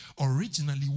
Originally